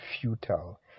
futile